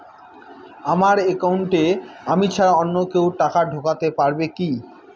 আমার একাউন্টে আমি ছাড়া অন্য কেউ টাকা ঢোকাতে পারবে কি?